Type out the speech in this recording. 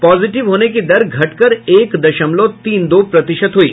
positive होने की दर घटकर एक दशमलव तीन दो प्रतिशत हुई